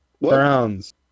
Browns